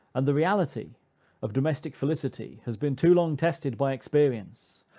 and the reality of domestic felicity has been too long tested by experience,